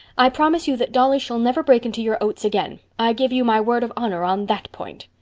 i promise you that dolly shall never break into your oats again. i give you my word of honor on that point.